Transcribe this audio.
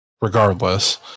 regardless